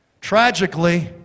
Tragically